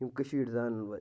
یِم کٔشیٖر زانَن وٲلۍ چھِ